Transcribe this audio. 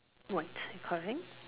what you calling